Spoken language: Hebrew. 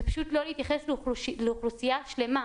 זה פשוט לא להתייחס לאוכלוסייה שלמה.